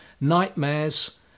nightmares